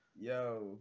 yo